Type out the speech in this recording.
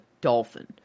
dolphin